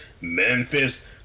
Memphis